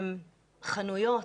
חנויות,